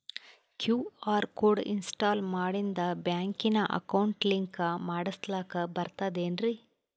QR code install ಮಾಡಿಂದ ಬ್ಯಾಂಕಿನ account link ಮಾಡಸ್ಲಾಕ ಬರ್ತದೇನ್ರಿ